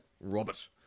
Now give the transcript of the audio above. Robert